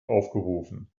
aufgerufen